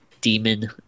Demon